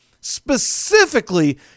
specifically